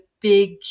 big